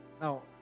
Now